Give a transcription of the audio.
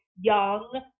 young